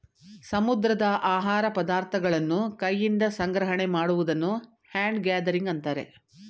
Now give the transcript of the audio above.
ಸಮುದ್ರದ ಆಹಾರ ಪದಾರ್ಥಗಳನ್ನು ಕೈಯಿಂದ ಸಂಗ್ರಹಣೆ ಮಾಡುವುದನ್ನು ಹ್ಯಾಂಡ್ ಗ್ಯಾದರಿಂಗ್ ಅಂತರೆ